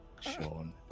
Sean